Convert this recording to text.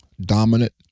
dominant